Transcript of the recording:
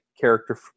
character